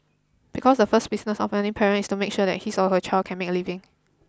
because the first business of any parent is to make sure that his or her child can make a living